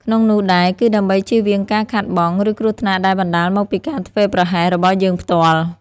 ក្នុងនោះដែរ គឺដើម្បីជៀសវាងការខាតបង់ ឬគ្រោះថ្នាក់ដែលបណ្ដាលមកពីការធ្វេសប្រហែសរបស់យើងផ្ទាល់។